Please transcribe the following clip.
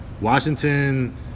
Washington